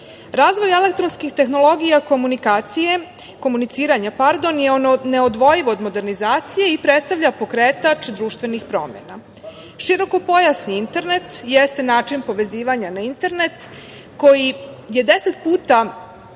Razvoj elektronskih tehnologija komuniciranja je neodvojiv od modernizacije i predstavlja pokretač društvenih promena. Širokopojasni internet jeste način povezivanja na internet koji je 10 puta